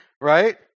right